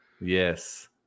Yes